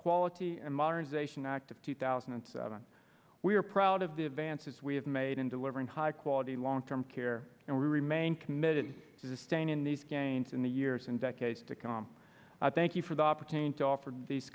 quality and modernization act of two thousand and seven we are proud of the advances we have made in delivering high quality long term care and we remain committed to staying in these gains in the years and decades to come thank you for the opportunity to offer these